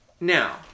now